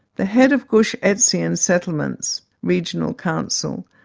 the head of gush etzion's settlements' regional council,